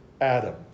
Adam